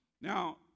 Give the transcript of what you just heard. Now